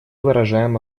выражаем